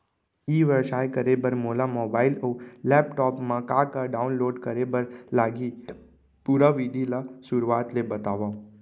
ई व्यवसाय करे बर मोला मोबाइल अऊ लैपटॉप मा का का डाऊनलोड करे बर लागही, पुरा विधि ला शुरुआत ले बतावव?